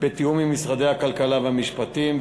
בתיאום עם משרדי הכלכלה והמשפטים.